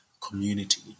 community